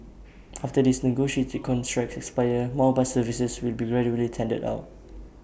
after these negotiated contracts expire more bus services will be gradually tendered out